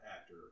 actor